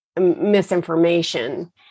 misinformation